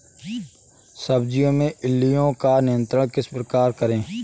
सब्जियों में इल्लियो का नियंत्रण किस प्रकार करें?